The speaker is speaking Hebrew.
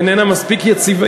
איננה מספיק יציבה,